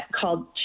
called